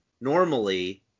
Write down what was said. normally